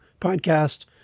podcast